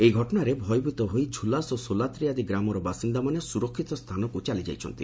ଏହି ଘଟଣାରେ ଭୟଭୀତ ହୋଇ ଝ୍ରଲାସ୍ ଓ ସୋଲାତ୍ରି ଆଦି ଗ୍ରାମର ବାସିନ୍ଦାମାନେ ସ୍ୱରକ୍ଷିତ ସ୍ଥାନକ୍ର ଚାଲିଯାଇଛନ୍ତି